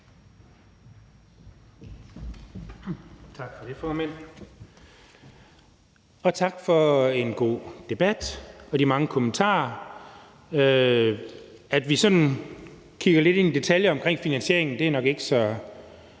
Tak for det, formand. Og tak for en god debat og for de mange kommentarer. At vi sådan kigger lidt ind i detaljerne omkring finansieringen, er nok ikke så